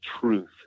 truth